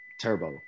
Turbo